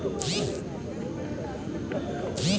UPI के द्वारा bill के भुगतान कैसे किया जाथे?